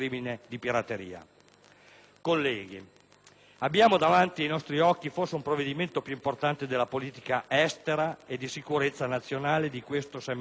Colleghi, abbiamo davanti ai nostri occhi forse il provvedimento più importante di politica estera e di sicurezza nazionale di questo semestre del 2009.